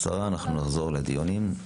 על הכנת הדיון ועל שימת לב לפרטים החשובים.